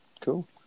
Cool